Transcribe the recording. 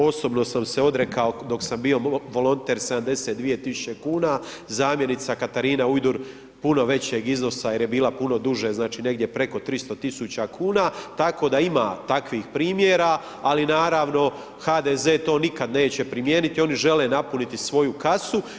Osobno sam se odrekao, dok sam bio volonter, 72.000,00 kuna, zamjenica Katarina Ujdur puno većeg iznosa jer je bila puno duže, znači negdje preko 300.000,00 kuna, tako da ima takvih primjera, ali naravno HDZ to nikad neće primijeniti, oni žele napuniti svoju kasu.